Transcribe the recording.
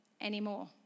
anymore